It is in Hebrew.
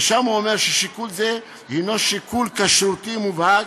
ושם הוא אומר ששיקול זה הנו שיקול כשרותי מובהק,